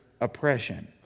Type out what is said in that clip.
oppression